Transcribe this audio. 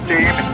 Team